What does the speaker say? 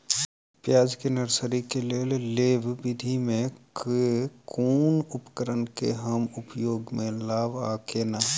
प्याज केँ नर्सरी केँ लेल लेव विधि म केँ कुन उपकरण केँ हम उपयोग म लाब आ केना?